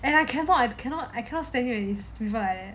and I cannot I cannot I cannot stand you if people like that